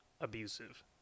abusive